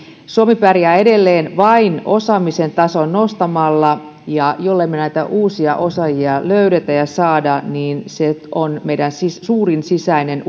suomi pärjää vain osaamisen tasoa edelleen nostamalla ja jollemme näitä uusia osaajia löydä ja saa se on meidän suurin sisäinen